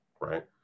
right